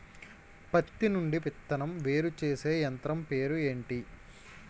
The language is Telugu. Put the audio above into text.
పత్తి నుండి విత్తనం వేరుచేసే యంత్రం పేరు ఏంటి